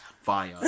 fire